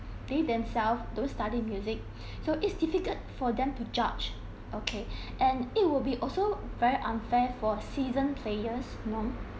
they themselves don't study music so it's difficult for them to judge okay and it will be also very unfair for seasoned players you know